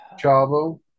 Chavo